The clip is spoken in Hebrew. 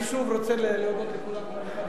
אני שוב רוצה להודות לכולם,